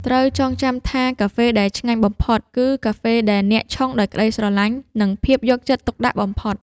ត្រូវចងចាំថាកាហ្វេដែលឆ្ងាញ់បំផុត គឺកាហ្វេដែលអ្នកឆុងដោយក្ដីស្រឡាញ់ និងភាពយកចិត្តទុកដាក់បំផុត។